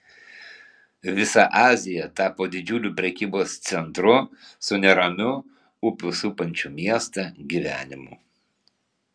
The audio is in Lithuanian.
visa azija tapo didžiuliu prekybos centru su neramiu upių supančių miestą gyvenimu